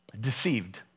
Deceived